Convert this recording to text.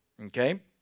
Okay